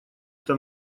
это